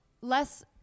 less